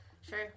sure